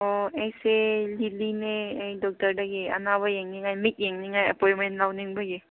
ꯑꯣ ꯑꯩꯁꯦ ꯍꯤꯜꯂꯤꯅꯦ ꯑꯩ ꯗꯣꯛꯇꯔꯗꯒꯤ ꯑꯅꯥꯕ ꯌꯦꯡꯅꯤꯡꯉꯥꯏ ꯃꯤꯠ ꯌꯦꯡꯅꯤꯡꯉꯥꯏ ꯑꯦꯄꯣꯏꯟꯃꯦꯟ ꯂꯧꯅꯤꯡꯕꯒꯤ